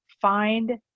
find